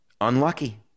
unlucky